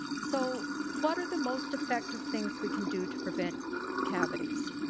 so, what are the most effective things we can do to prevent cavities?